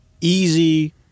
easy